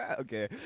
Okay